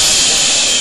נכבדים,